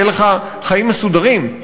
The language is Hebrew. יהיו לך חיים מסודרים,